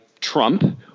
Trump